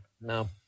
No